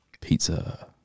pizza